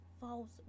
false